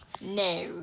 No